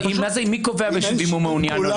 מי קובע אם הוא מעוניין או לא?